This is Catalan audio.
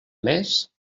més